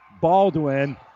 Baldwin